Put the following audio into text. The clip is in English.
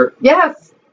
yes